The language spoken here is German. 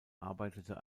arbeitete